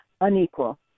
unequal